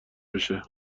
بشه